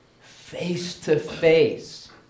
face-to-face